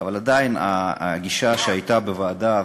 אבל עדיין הגישה שהייתה בוועדה,